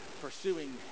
pursuing